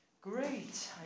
Great